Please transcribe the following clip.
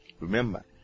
Remember